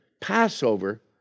Passover